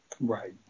Right